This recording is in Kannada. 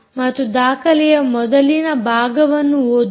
ಮತ್ತು ದಾಖಲೆಯ ಮೊದಲಿನ ಭಾಗವನ್ನು ಓದೋಣ